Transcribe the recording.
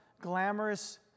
glamorous